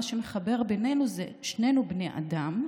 מה שמחבר בינינו זה ששנינו בני אדם.